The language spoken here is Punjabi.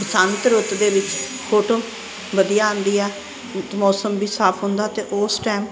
ਬਸੰਤ ਰੁੱਤ ਦੇ ਵਿੱਚ ਫੋਟੋ ਵਧੀਆ ਆਉਂਦੀ ਆ ਮੌਸਮ ਵੀ ਸਾਫ ਹੁੰਦਾ ਅਤੇ ਉਸ ਟਾਈਮ